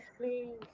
please